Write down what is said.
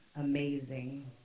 amazing